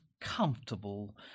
comfortable